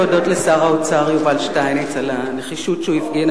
להודות לשר האוצר יובל שטייניץ על הנחישות שהוא הפגין,